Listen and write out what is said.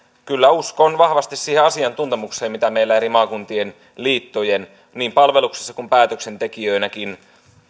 kyllä uskon vahvasti siihen asiantuntemukseen mitä meillä eri maakuntien liittojen niin palveluksessa kuin päätöksentekijöinäkin